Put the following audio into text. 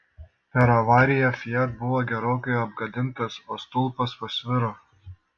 per avariją fiat buvo gerokai apgadintas o stulpas pasviro